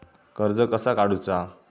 कर्ज कसा काडूचा?